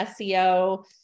SEO